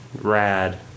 rad